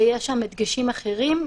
שיש שם הדגשים אחרים,